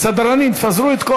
סדרנים, תפזרו את כל,